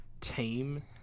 team